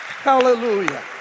Hallelujah